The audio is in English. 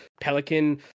pelican